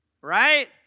right